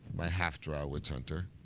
my half-drow witch hunter.